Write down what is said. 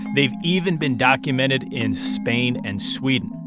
they've even been documented in spain and sweden.